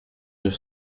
deux